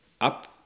up